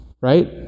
right